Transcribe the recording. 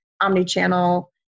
omni-channel